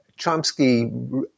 Chomsky